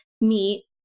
meet